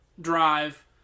drive